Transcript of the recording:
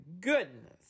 goodness